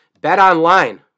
BetOnline